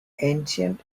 ancient